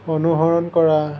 অনুসৰণ কৰা